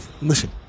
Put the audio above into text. Listen